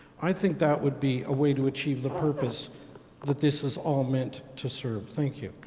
i think that would be a way to achieve the purpose that this is all meant to serve. thank you.